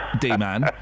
D-man